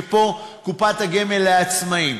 כי פה קופת הגמל לעצמאים,